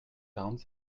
quarante